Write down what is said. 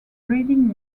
breeding